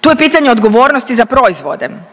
Tu je pitanje odgovornosti za proizvode.